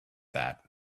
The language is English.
that